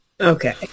Okay